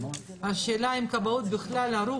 השאלה אם הכבאות בכלל ערוך